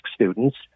students